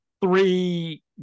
three